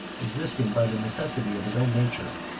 existing by the necessity of his own nature,